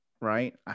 right